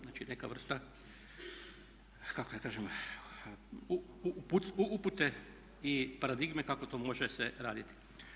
Znači, neka vrsta kako da kažem upute i paradigme kako to može se raditi.